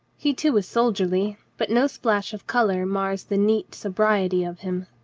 he too is soldierly, but no splash of color mars the neat so briety of him.